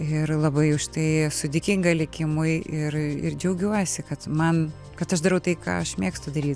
ir labai už tai esu dėkinga likimui ir ir džiaugiuosi kad man kad aš darau tai ką aš mėgstu daryt